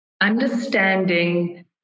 understanding